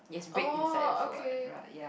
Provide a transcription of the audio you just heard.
oh ok